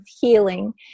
healing